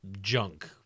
junk